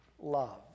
love